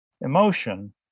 emotion